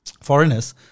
foreigners